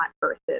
versus